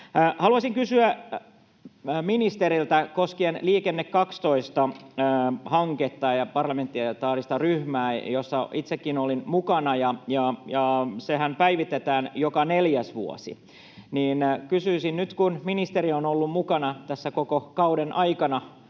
Haluaisin kysyä ministeriltä koskien Liikenne 12 ‑hanketta ja parlamentaarista ryhmää, jossa itsekin olin mukana: sehän päivitetään joka neljäs vuosi, ja nyt kun ministeri on ollut mukana tässä koko kauden ajan